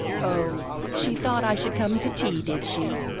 oh! she thought i should come to tea, did she?